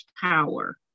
Power